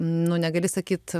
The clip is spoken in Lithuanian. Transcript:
nu negali sakyti